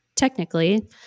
technically